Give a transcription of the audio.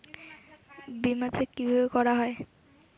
বিমা চেক কিভাবে করা হয়?